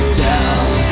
down